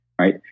Right